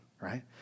right